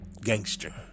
gangster